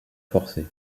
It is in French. forcés